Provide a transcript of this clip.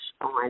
on